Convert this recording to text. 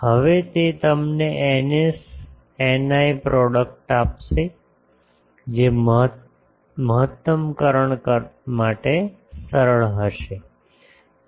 હવે તે તમને ηs ηi પ્રોડક્ટ આપશે જે મહત્તમકરણ માટે સરળ હશે